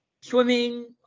Swimming